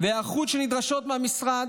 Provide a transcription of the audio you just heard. וההיערכות שנדרשת מהמשרד,